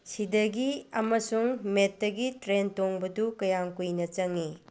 ꯁꯤꯗꯒꯤ ꯑꯃꯁꯨꯡ ꯃꯦꯠꯇꯒꯤ ꯇ꯭ꯔꯦꯟ ꯇꯣꯡꯕꯗꯨ ꯀꯌꯥꯝ ꯀꯨꯏꯅ ꯆꯪꯉꯤ